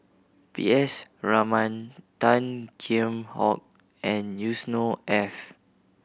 P S Raman Tan Kheam Hock and Yusnor Ef